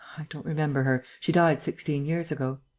i don't remember her. she died sixteen years ago.